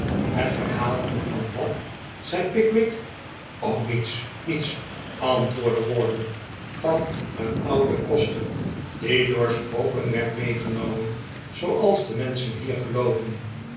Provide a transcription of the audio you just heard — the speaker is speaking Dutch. het verhaal van wat zei pickwick oh niets niets antwoordde wardle van een ouden koster die door spoken werd meegenomen zooals de menschen hier gelooven